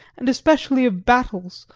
and especially of battles,